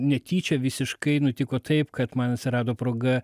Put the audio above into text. netyčia visiškai nutiko taip kad man atsirado proga